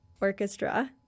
orchestra